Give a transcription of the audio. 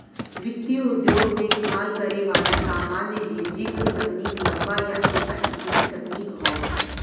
वित्तीय उद्योग में इस्तेमाल करे वाला सामान्य हेजिंग तकनीक लंबा या छोटा इक्विटी तकनीक हौ